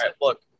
Look